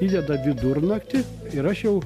įdeda vidurnaktį ir aš jau